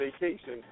vacation